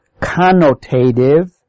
connotative